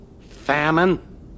famine